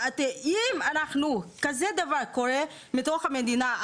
אם כזה דבר קורה בתוך המדינה,